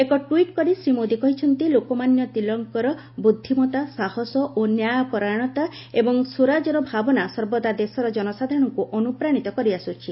ଏକ ଟ୍ୱିଟ୍ କରି ଶ୍ରୀ ମୋଦି କହିଛନ୍ତି ଲୋକମାନ୍ୟ ତିଳକଙ୍କର ବୁଦ୍ଧିମତା ସାହସ ଓ ନ୍ୟାୟପରାୟଣତା ଏବଂ ସ୍ୱରାଜର ଭାବନା ସର୍ବଦା ଦେଶର ଜନସାଧାରଣଙ୍କୁ ଅନୁପ୍ରାଣିତ କରିଆସୁଛି